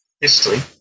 history